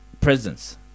presence